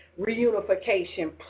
reunification